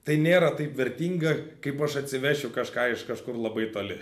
tai nėra taip vertinga kaip aš atsivešiu kažką iš kažkur labai toli